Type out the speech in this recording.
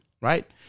Right